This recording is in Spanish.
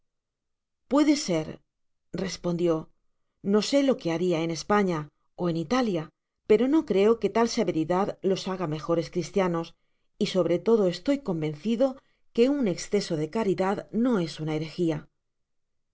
puede ser respondió no sé lo que haria en españa en jtalja pero no creo que tal severidad los haga mejores cristianes y sobre pdo asjpy flowoseido qse un esceso de caridad no es una